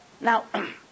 Now